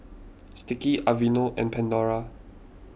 Sticky Aveeno and Pandora